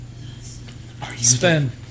Sven